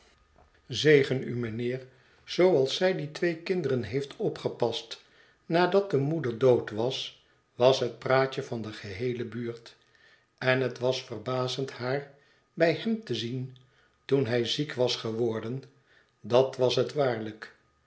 zegen u mijnheer zooals zij die twee kinderen heeft opgepast nadat de moeder dood was was het praatje van de geheele buurt en het was verbazend haar bij hem te zien toen hij ziek was geworden dat was het waarlijk